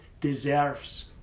deserves